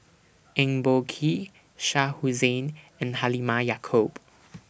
Eng Boh Kee Shah Hussain and Halimah Yacob